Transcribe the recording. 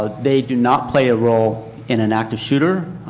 ah they do not play a role in an active shooter.